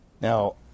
Now